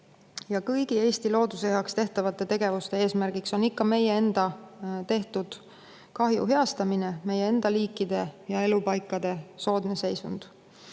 Kõigi Eesti looduse heaks tehtavate tegevuste eesmärgiks on ikka meie enda tehtud kahju heastamine, meie enda liikide ja elupaikade soodne seisund.